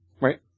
Right